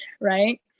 right